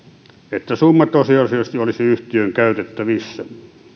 että summa tosiasiallisesti olisi yhtiön käytettävissä